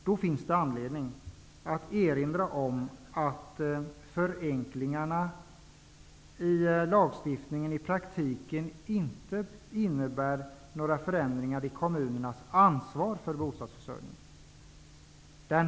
Det finns då anledning att erinra om att förenklingarna i lagstiftningen i praktiken inte innebär några förändringar i kommunernas ansvar för bostadsförsörjningen.